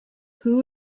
who